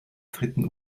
dritten